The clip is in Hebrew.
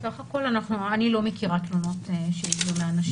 אני לא מכירה תלונות שהגיעו מאנשים.